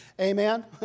Amen